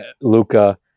Luca